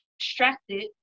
distracted